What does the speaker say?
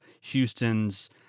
Houston's